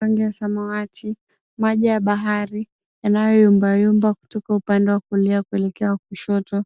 Rangi ya samawati, maji ya bahari yanayoyumbayumba kutoka upande wa kulia kuelekea wa kushoto,